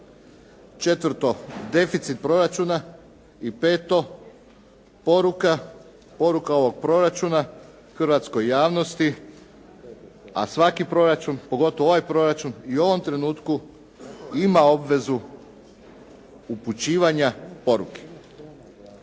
4. deficit proračuna i 5. poruka ovog proračuna hrvatskoj javnosti, a svaki proračun, pogotovo ovaj proračun i u ovom trenutku ima obvezu upućivanja poruke.